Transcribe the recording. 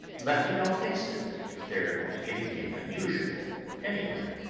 let me know instantly if there be anything unusual anywhere.